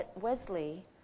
Wesley